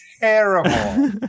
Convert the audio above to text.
terrible